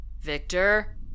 victor